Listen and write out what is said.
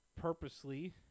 purposely